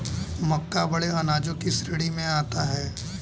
मक्का बड़े अनाजों की श्रेणी में आता है